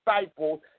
disciples